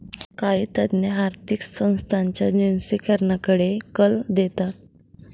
काही तज्ञ आर्थिक संस्थांच्या जिनसीकरणाकडे कल देतात